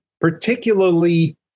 particularly